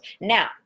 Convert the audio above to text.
Now